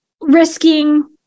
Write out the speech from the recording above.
risking